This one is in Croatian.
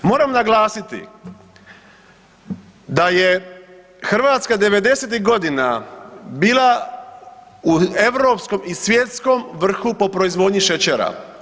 Moram naglasiti da je Hrvatska '90.-tih godina bila u europskom i svjetskom vrhu po proizvodnji šećera.